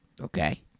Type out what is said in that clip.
Okay